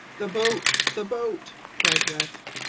the boat! the boat! cried west.